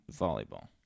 volleyball